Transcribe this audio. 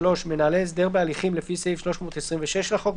(3)מנהלי הסדר בהליכים לפי סעיף 326 לחוק,